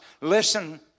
listen